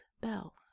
bell